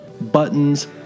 buttons